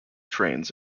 trains